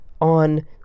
on